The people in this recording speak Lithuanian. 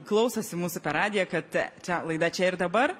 klausosi mūsų per radiją kad čia laida čia ir dabar